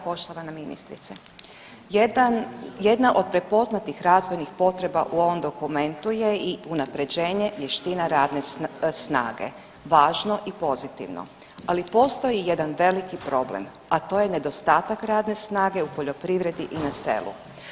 Poštovana ministrice, jedan, jedna od prepoznatih razvojnih potreba u ovom dokumentu je i unaprjeđenje vještina radne snage, važno i pozitivno, ali postoji jedan veliki problem, a to je nedostatak radne snage u poljoprivredi i na selu.